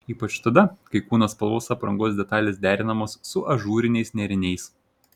ypač tada kai kūno spalvos aprangos detalės derinamos su ažūriniais nėriniais